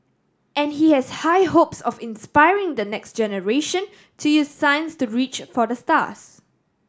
and he has high hopes of inspiring the next generation to use science to reach for the stars